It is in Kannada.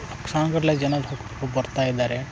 ಲಕ್ಷಾನುಗಟ್ಲೆ ಜನ ಬರ್ತಾ ಇದ್ದಾರೆ